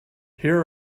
here